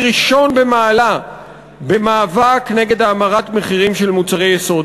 ראשון במעלה במאבק נגד האמרת מחירים של מוצרי יסוד.